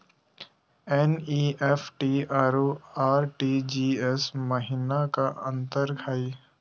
NEFT अरु RTGS महिना का अंतर हई?